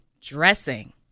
Dressing